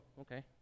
okay